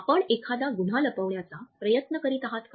आपण एखादा गुन्हा लपवण्याचा प्रयत्न करीत आहात का